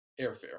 airfare